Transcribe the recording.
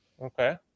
Okay